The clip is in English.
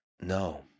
No